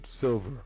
silver